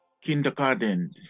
kindergarten